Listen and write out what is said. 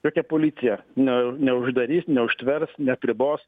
jokia policija ne neuždarys neužtvers neapribos